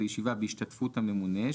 לישיבה בהשתתפות הממונה,